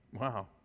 wow